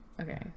Okay